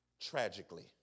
tragically